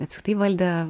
apskritai valdė